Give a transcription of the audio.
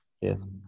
Yes